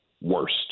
Worst